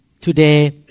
Today